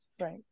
Right